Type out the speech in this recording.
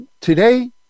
Today